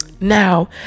now